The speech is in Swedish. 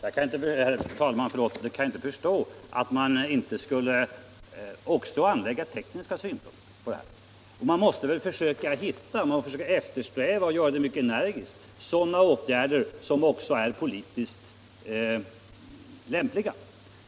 Herr talman! Jag kan inte förstå att man inte skulle anlägga även tekniska synpunkter på denna fråga. Man måste väl mycket energiskt eftersträva sådana tekniska lösningar som kan förenas med det politiskt lämpliga.